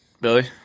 Billy